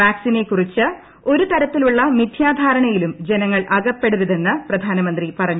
വാക്സിനെക്കുറിച്ച് ഒരു് തരത്തിലുള്ള മിഥ്യാ ധാരണയിലും ജനങ്ങൾ അകപ്പെട്ടരുതെന്ന് പ്രധാനമന്ത്രി പറഞ്ഞു